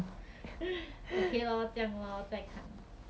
要是对我好 orh I must be the priority